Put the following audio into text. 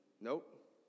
Nope